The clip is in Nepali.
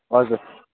हजुर